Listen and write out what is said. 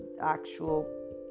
actual